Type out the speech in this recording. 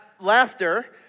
laughter